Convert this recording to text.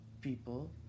people